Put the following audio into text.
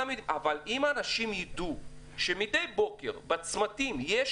אם אנשים ידעו שמדי בוקר בצמתים יש